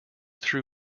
threw